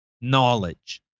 knowledge